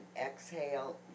exhale